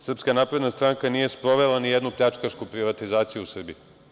Srpska napredna stranka nije sprovela ni jednu pljačkašku privatizaciju u Srbiji.